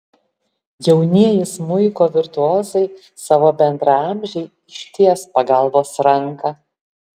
jaunieji smuiko virtuozai savo bendraamžei išties pagalbos ranką